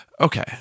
Okay